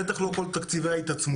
בטח לא כל תקציבי ההתעצמות.